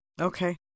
Okay